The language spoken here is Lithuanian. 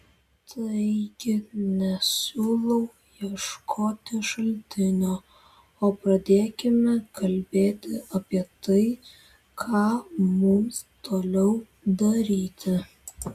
taigi nesiūlau ieškoti šaltinio o pradėkime kalbėti apie tai ką mums toliau daryti